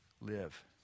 live